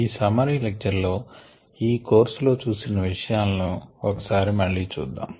ఈ summary lecture లో ఈ కోర్స్ లో చూసిన విషయాలను ఒకసారి మళ్ళీ చూద్దాం